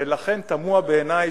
ולכן תמוה בעיני,